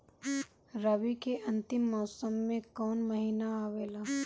रवी के अंतिम मौसम में कौन महीना आवेला?